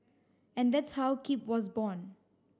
and that's how Keep was born